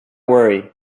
worry